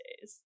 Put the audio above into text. days